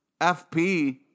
FP